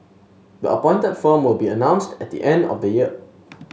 the appointed firm will be announced at the end of the year